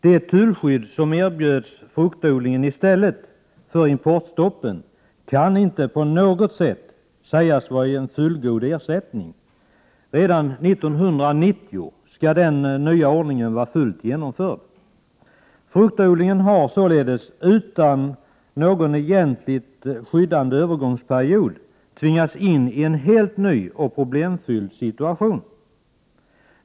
Det tullskydd som erbjuds fruktodlingen i stället för importstoppen kan inte på något sätt sägas vara en fullgod ersättning. Redan 1990 skall den nya ordningen vara fullt genomförd. Fruktodlingen har således, utan någon egentligt skyddande övergångsperiod, tvingats in i en helt ny och problemfylld situation.